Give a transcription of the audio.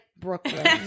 Brooklyn